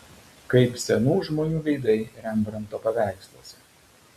kaip senų žmonių veidai rembrandto paveiksluose